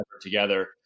together